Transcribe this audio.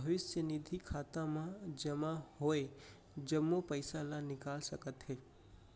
भविस्य निधि खाता म जमा होय जम्मो पइसा ल निकाल सकत हे